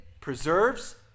preserves